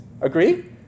Agree